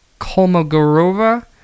Kolmogorova